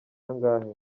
angahe